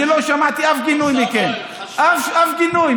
אני לא שמעתי אף גינוי מכם, אף גינוי.